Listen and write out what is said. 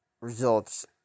results